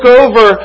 over